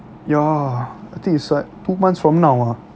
ya I think it's like two months from now ah